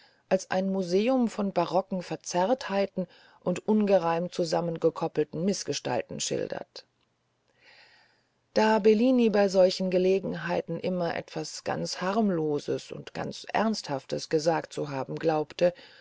als ein museum von barocken verzerrtheiten und ungereimt zusammengekoppelten mißgestalten schildert da bellini bei solchen gelegenheiten immer etwas ganz harmloses und ganz ernsthaftes gesagt zu haben glaubte